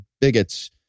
bigots